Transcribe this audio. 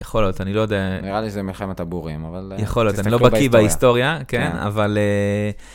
יכול להיות, אני לא יודע. נראה לי זה מלחמת הבורים, אבל... יכול להיות, אני לא בקיא בהיסטוריה, כן, אבל אה...